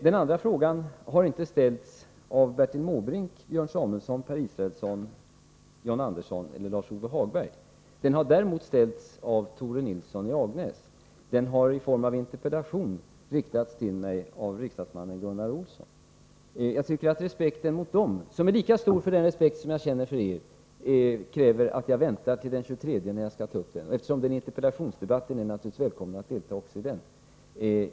Den andra frågan har inte ställts av Bertil Måbrink, Björn Samuelson, Per Israelsson, John Andersson eller Lars-Ove Hagberg. Den har däremot ställts av Tore Nilsson och i form av en interpellation riktats till mig av Gunnar Olsson. Och jag tycker att respekten mot dem — som är lika stor som den respekt jag känner för er — kräver att jag väntar till den 23 mars, då jag skall ta upp den frågan. Eftersom det blir en interpellationsdebatt är ni naturligtvis välkomna att delta också i den.